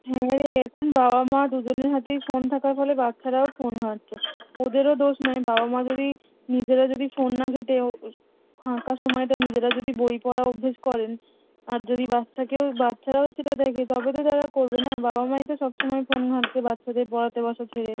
হ্যাঁ রে এখন বাবা মা দুজনের হাতেই ফোন থাকার ফলে বাচ্চারাও ফোন ঘাটছে ওদেরও দোষ নাই বাবা মা যদি নিজেরা যদি ফোন না ঘেঁটে ও ফাঁকা সমায়টা নিজেরা যদি বই পড়া অভ্যেস করেন আর যদি বাচ্ছাকেও বাচ্চারাও সেটা দেখে তবে তো তারা করবে না বাবা মাই তো সব সমায় ফোন ঘাঁটছে বাচ্চাদের পড়াতে বসা ছেড়ে